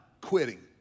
quitting